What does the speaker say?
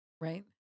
right